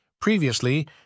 Previously